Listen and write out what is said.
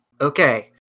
Okay